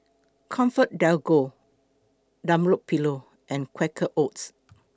ComfortDelGro Dunlopillo and Quaker Oats